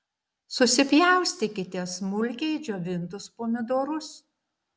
susipjaustykite smulkiai džiovintus pomidorus